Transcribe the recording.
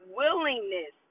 willingness